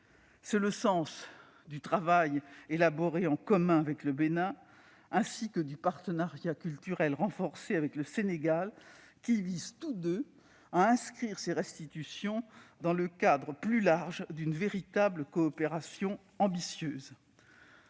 est le sens du programme de travail commun élaboré avec le Bénin ainsi que du partenariat culturel renforcé avec le Sénégal, qui visent tous deux à inscrire ces restitutions dans le cadre plus large d'une véritable coopération ambitieuse.